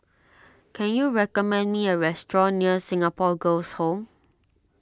can you recommend me a restaurant near Singapore Girls' Home